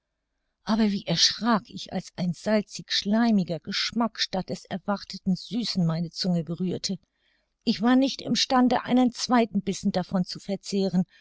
aber wie erschrak ich als ein salzig schleimiger geschmack statt des erwarteten süßen meine zunge berührte ich war nicht im stande einen zweiten bissen davon zu verzehren